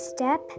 Step